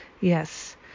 yes